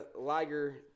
Liger